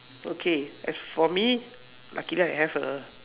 okay as for me luckily I have a